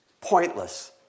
pointless